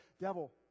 devil